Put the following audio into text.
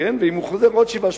ואם הוא חוזר עוד 7,